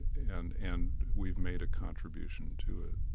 and and we've made a contribution to it